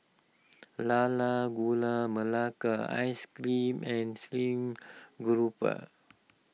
Lala Gula Melaka Ice Cream and Stream Grouper